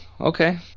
okay